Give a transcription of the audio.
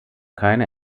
keine